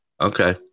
Okay